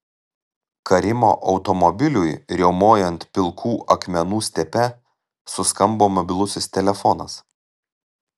karimo automobiliui riaumojant pilkų akmenų stepe suskambo mobilusis telefonas